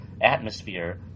atmosphere